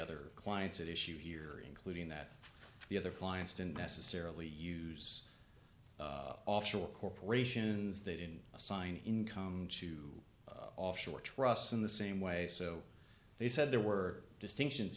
other clients that issue here including that the other clients didn't necessarily use offshore corporations that in a sign income to offshore trust in the same way so they said there were distinctions